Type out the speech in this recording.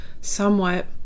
somewhat